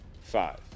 Five